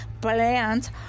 plants